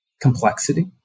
complexity